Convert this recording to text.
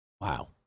Wow